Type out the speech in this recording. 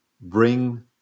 bring